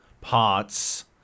parts